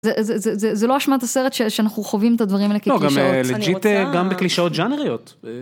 זה לא אשמת הסרט שאנחנו חווים את הדברים האלה כקלישאות, לא, אני רוצה... גם לג'יט גם בקלישאות ג'אנריות.